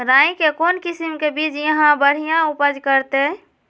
राई के कौन किसिम के बिज यहा बड़िया उपज करते?